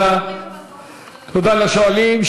תודה לשואלים.